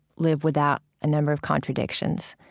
live without a number of contradictions.